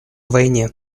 войне